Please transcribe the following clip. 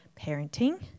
parenting